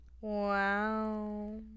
Wow